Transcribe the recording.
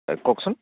হয় কওকচোন